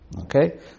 Okay